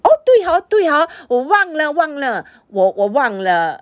oh 对 hor 对 hor 我忘了忘了我我忘了